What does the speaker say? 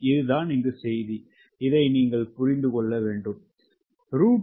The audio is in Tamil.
இது தான் செய்தி இதை புரிந்து கொண்டால் சரி